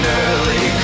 early